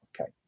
okay